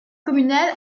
communal